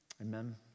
Amen